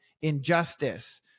injustice